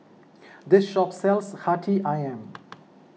this shop sells Hati Ayam